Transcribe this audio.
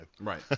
Right